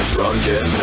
Drunken